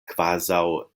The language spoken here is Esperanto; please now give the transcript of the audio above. kvazaŭ